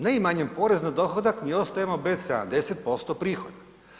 Neimanjem poreza na dohodak mi ostajemo bez 70% prihoda.